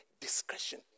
discretion